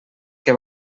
que